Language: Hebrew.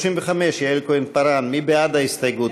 35, יעל כהן-פארן, מי בעד ההסתייגות?